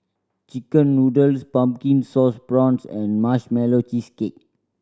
chicken noodles Pumpkin Sauce Prawns and Marshmallow Cheesecake